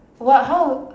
what how